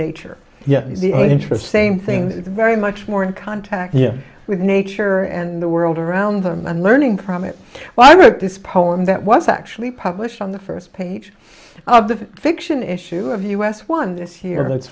nature yet the interest same thing very much more in contact with nature and the world around them and learning from it well i wrote this poem that was actually published on the first page of the fiction issue of u s one this year tha